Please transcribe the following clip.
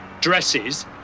dresses